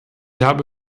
habe